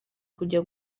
kujya